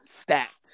Stacked